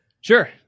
Sure